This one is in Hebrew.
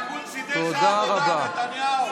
הכנסת היא לא שלכם בטאבו,